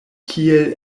kiel